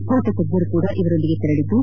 ಸ್ಫೋಟ ತಜ್ಞರು ಸಹ ಇವರೊಂದಿಗೆ ತೆರಳಿದ್ದು